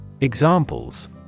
Examples